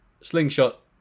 slingshot